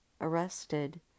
arrested